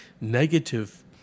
negative